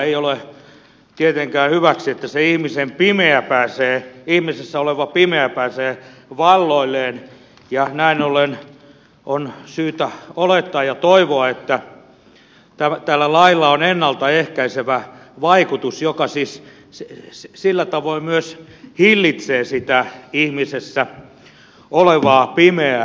ei ole tietenkään hyväksi että se ihmisessä oleva pimeä pääsee valloilleen ja näin ollen on syytä olettaa ja toivoa että tällä lailla on ennalta ehkäisevä vaikutus joka siis sillä tavoin myös hillitsee sitä ihmisessä olevaa pimeää